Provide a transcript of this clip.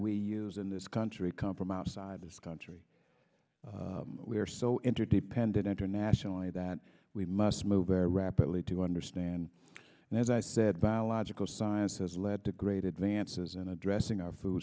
we use in this country come from outside this country we are so interdependent internationally that we must move very rapidly to understand and as i said biological science has led to great advances in addressing our food